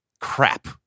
crap